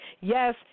Yes